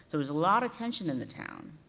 there was a lot of tension in the town.